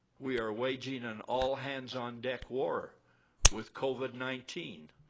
we are waging an all hands on deck war with covid nineteen,